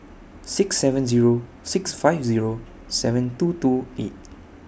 six seven Zero six five Zero seven two two eight